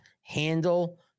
handle